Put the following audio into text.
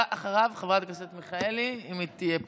אם היא תהיה פה,